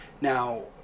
Now